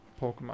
Pokemon